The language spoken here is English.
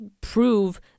prove